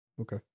Okay